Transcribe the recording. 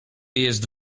jest